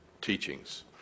teachings